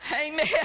amen